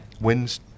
wins